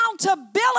accountability